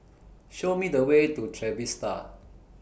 Show Me The Way to Trevista